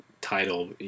title